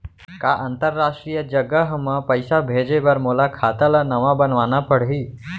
का अंतरराष्ट्रीय जगह म पइसा भेजे बर मोला खाता ल नवा बनवाना पड़ही?